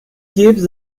gives